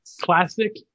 Classic